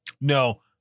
No